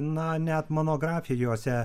na net monografijose